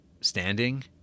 standing